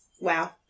wow